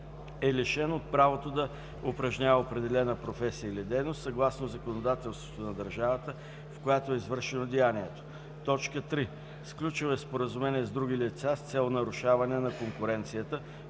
2. лишен е от правото да упражнява определена професия или дейност съгласно законодателството на държавата, в която е извършено деянието; 3. сключил е споразумение с други лица с цел нарушаване на конкуренцията,